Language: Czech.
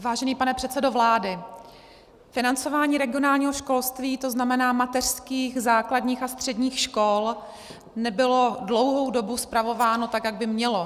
Vážený pane předsedo vlády, financování regionálního školství, to znamená mateřských, základních a středních škol, nebylo dlouhou dobu spravováno tak, jak by mělo.